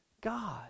God